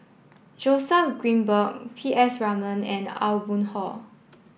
Joseph Grimberg P S Raman and Aw Boon Haw